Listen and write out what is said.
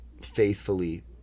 faithfully